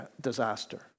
disaster